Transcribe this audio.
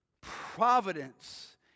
providence